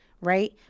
right